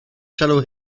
shallow